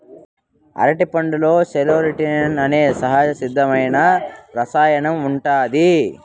అరటిపండులో సెరోటోనిన్ అనే సహజసిద్ధమైన రసాయనం ఉంటాది